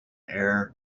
heir